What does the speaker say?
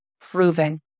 proving